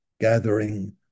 gathering